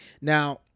Now